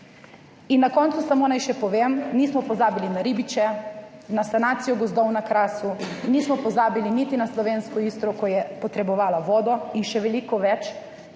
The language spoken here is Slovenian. In na koncu naj samo še povem, nismo pozabili na ribiče, na sanacijo gozdov na Krasu, nismo pozabili niti na slovensko Istro, ko je potrebovala vodo, in še veliko več.